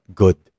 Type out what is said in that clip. good